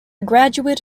graduate